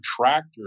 tractor